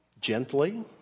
Gently